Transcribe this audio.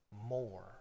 more